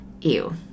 Ew